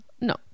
No